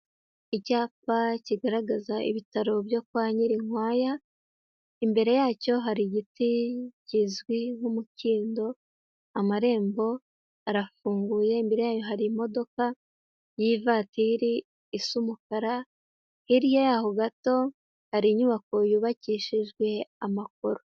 Icyapa kigaragaza ibitaro byo kwa nyirinkwaya, imbere yacyo hari igiti kizwi nk'umukindo, amarembo arafunguye imbere yayo harimo y'ivatiri isa umukara, hirya yaho gato hari inyubako yubakishijwe amakaro.